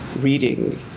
reading